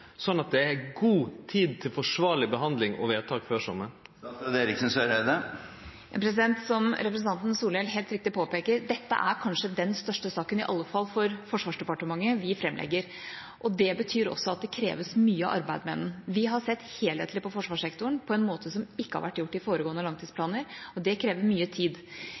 at det er god tid til forsvarleg behandling og vedtak før sommaren? Som representanten Solhjell helt riktig påpeker: Dette er kanskje den største saken vi framlegger, i alle fall for Forsvarsdepartementet. Det betyr også at det kreves mye arbeid med den. Vi har sett helhetlig på forsvarsektoren på en måte som det ikke har vært gjort i foregående langtidsplaner. Det krever mye tid.